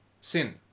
sin